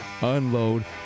Unload